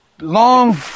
Long